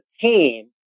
team